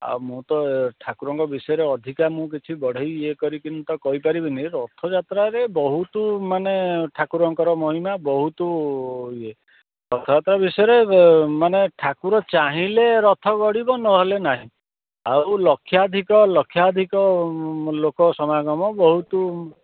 ଆଉ ମୁଁ ତ ଠାକୁରଙ୍କ ବିଷୟରେ ଅଧିକା ମୁଁ କିଛି ବଢ଼େଇ ଇଏ କରିକିନି ତ କହିପାରିବିନି ରଥ ଯାତ୍ରାରେ ବହୁତମାନେ ଠାକୁରଙ୍କର ମହିମା ବହୁତ ଇଏ ରଥଯାତ୍ରା ବିଷୟରେ ମାନେ ଠାକୁର ଚାହିଁଲେ ରଥ ଗଡ଼ିବ ନହେଲେ ନାହିଁ ଆଉ ଲକ୍ଷାଧିକ ଲକ୍ଷାଧିକ ଲୋକ ସମାଗମ ବହୁତ